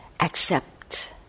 accept